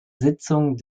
sitzung